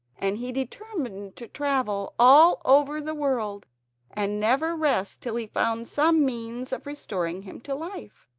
and he determined to travel all over the world and never rest till he found some means of restoring him to life.